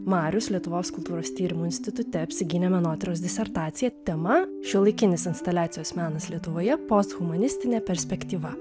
marius lietuvos kultūros tyrimų institute apsigynė menotyros disertaciją tema šiuolaikinis instaliacijos menas lietuvoje posthumanistinė perspektyva